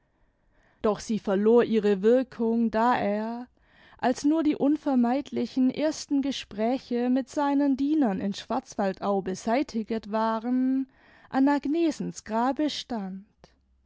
doch sie verlor ihre wirkung da er als nur die unvermeidlichen ersten gespräche mit seinen dienern in schwarzwaldau beseitiget waren an agnesens grabe stand